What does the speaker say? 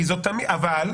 אבל,